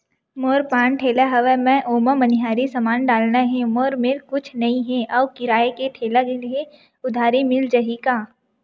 मोर पान ठेला हवय मैं ओमा मनिहारी समान डालना हे मोर मेर कुछ नई हे आऊ किराए के ठेला हे उधारी मिल जहीं का?